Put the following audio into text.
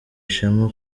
ishema